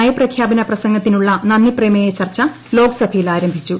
നയ്പ്പ്ഖ്യാപന പ്രസംഗത്തിനുള്ള നന്ദിപ്രമേയ ചർച്ച ലോക്സഭയിൽ ആരംഭിച്ചു